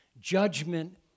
Judgment